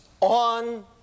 on